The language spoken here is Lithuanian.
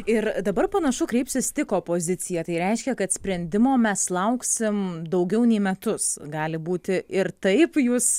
ir dabar panašu kreipsis tik opozicija tai reiškia kad sprendimo mes lauksim daugiau nei metus gali būti ir taip jūs